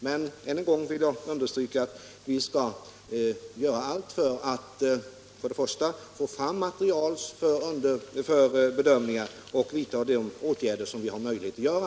Men än en gång vill jag understryka att vi skall göra allt för att i första hand få fram material för bedömningar och vidta de åtgärder som vi har möjlighet att göra.